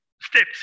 steps